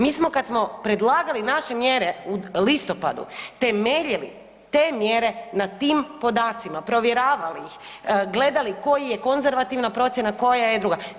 Mi smo kad smo predlagali naše mjere u listopadu temeljem te mjere, na tim podacima provjeravali ih, gledali koji je konzervativna procjena, koja je druga.